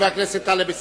חבר הכנסת טלב אלסאנע,